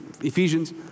Ephesians